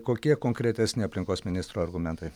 kokie konkretesni aplinkos ministro argumentai